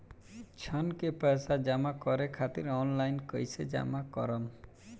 ऋण के पैसा जमा करें खातिर ऑनलाइन कइसे जमा करम?